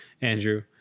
Andrew